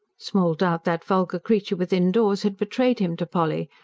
small doubt that vulgar creature within-doors had betrayed him to polly,